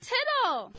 Tittle